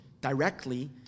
directly